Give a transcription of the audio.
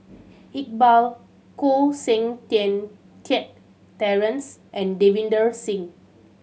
Iqbal Koh Seng Kiat Terence and Davinder Singh